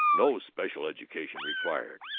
no special education required.